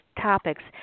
topics